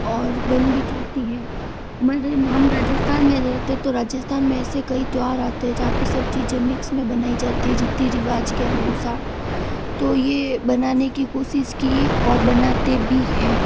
और बन भी जाती है हमारे हम राजस्थान में रहते तो राजस्थान में ऐसे कई त्योहार आते है जहाँ पर सब चीज़ें मिक्स में बनाई जाती है रीति रिवाज के अनुसार तो ये बनाने कि कोशिश की और बनाते भी हैं